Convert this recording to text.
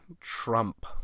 Trump